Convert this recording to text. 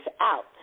out